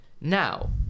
now